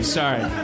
sorry